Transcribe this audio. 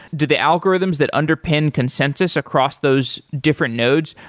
do the algorithms that underpin consensus across those different nodes,